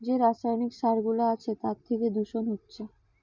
যে রাসায়নিক সার গুলা আছে তার থিকে দূষণ হচ্ছে